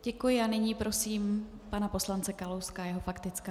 Děkuji a nyní prosím pana poslance Kalouska, jeho faktická.